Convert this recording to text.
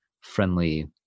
friendly